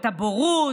את הבורות,